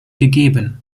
gegeben